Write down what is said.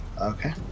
Okay